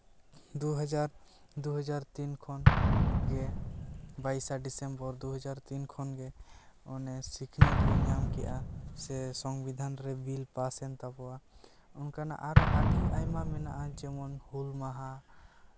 ᱫᱩᱦᱟᱡᱟᱨ ᱫᱩᱦᱟᱡᱟᱨ ᱛᱤᱱ ᱠᱷᱚᱱ ᱡᱮ ᱵᱟᱭᱤᱥᱟ ᱰᱤᱥᱮᱢᱵᱚᱨ ᱫᱩ ᱦᱟᱡᱟᱨ ᱛᱤᱱ ᱠᱷᱚᱱ ᱜᱮ ᱚᱱᱮ ᱥᱤᱠᱷᱱᱟᱹᱛ ᱵᱚᱱ ᱧᱟᱢ ᱠᱮᱜᱼᱟ ᱥᱮ ᱥᱚᱝᱵᱤᱫᱷᱟᱱ ᱨᱮ ᱵᱤᱞ ᱯᱟᱥ ᱮᱱ ᱛᱟᱵᱳᱣᱟ ᱚᱱᱠᱟᱱᱟᱜ ᱟᱨᱚ ᱟᱹᱰᱤ ᱟᱭᱢᱟ ᱢᱮᱱᱟᱜᱼᱟ ᱡᱮ ᱡᱮᱢᱚᱱ ᱦᱩᱞ ᱢᱟᱦᱟ